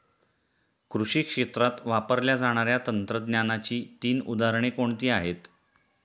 कृषी क्षेत्रात वापरल्या जाणाऱ्या तंत्रज्ञानाची तीन उदाहरणे कोणती आहेत?